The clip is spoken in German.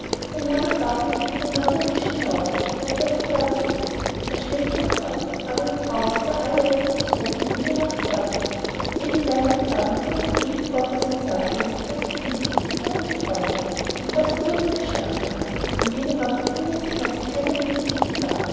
langer bart hängt über den marmortisch hinaus worin er fest gewachsen ist er schläft und träumt aber im traum sieht er alles was oben in dänemark vorgeht jeden weihnachtsabend kommt ein engel gottes und sagt ihm daß das richtig ist was er geträumt hat und daß er ruhig wieder schlafen kann denn dänemark befindet sich noch in keiner wirklichen gefahr